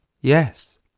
Yes